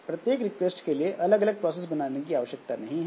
प्रत्येक रिक्वेस्ट के लिए अलग अलग प्रोसेस बनाने की आवश्यकता नहीं है